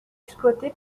exploité